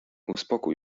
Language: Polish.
uspokój